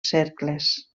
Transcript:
cercles